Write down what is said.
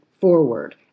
forward